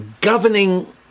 governing